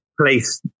place